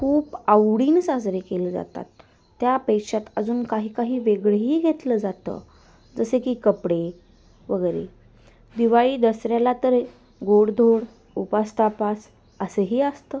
खूप आवडीने साजरे केले जातात त्यापेक्षा अजून काही काही वेगळंही घेतलं जातं जसें की कपडे वगैरे दिवाळी दसऱ्याला त गोडधोड उपास तापास असेही असतं